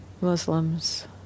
Muslims